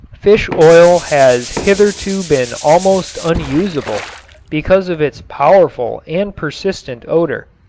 fish oil has hitherto been almost unusable because of its powerful and persistent odor.